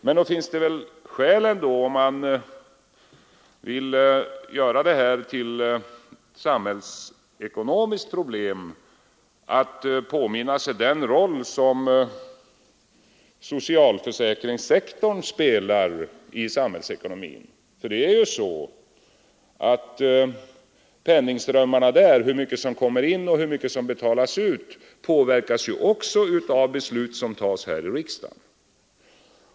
Men nog finns det väl skäl ändå, om man vill göra det här till ett samhällsekonomiskt problem, att påminna sig den roll som socialförsäkringssektorn spelar i samhällsekonomin. Penningströmmarna där, dvs. hur mycket som kommer in och hur mycket som betalas ut, påverkas också av beslut som fattas i riksdagen.